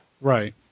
Right